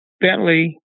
Bentley